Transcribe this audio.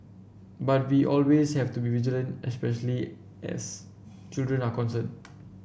but we always have to be vigilant especially as children are concerned